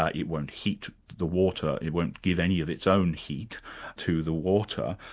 ah it won't heat the water, it won't give any of its own heat to the water.